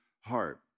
heart